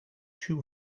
two